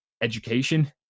education